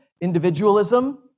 individualism